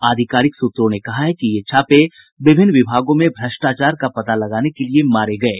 आधिकारिक सूत्रों ने कहा है कि ये छापे विभिन्न विभागों में भ्रष्टाचार का पता लगाने के लिये मारे गये